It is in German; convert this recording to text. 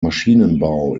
maschinenbau